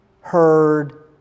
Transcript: heard